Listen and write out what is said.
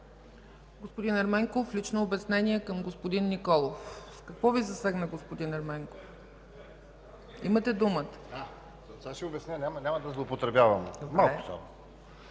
Господин Ерменков – лично обяснение към господин Николов. Какво Ви засегна, господин Ерменков? ТАСКО ЕРМЕНКОВ (БСП ЛБ): Сега ще обясня. Няма да злоупотребявам. Малко само...